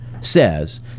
says